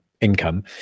income